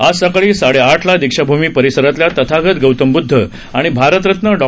आज सकाळी साडेआठला दीक्षाभूमी परिसरातल्या तथागत गौतम ब्द्ध आणि भारतरत्न डॉ